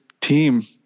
team